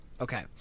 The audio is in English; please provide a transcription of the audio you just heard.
Okay